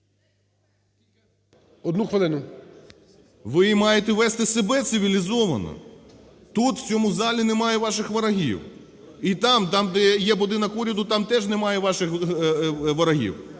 ГРОЙСМАН В.Б. Ви маєте вести себе цивілізовано. Тут, в цьому залі, немає ваших ворогів, і там, де є будинок уряду, там теж немає ваших ворогів.